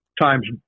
times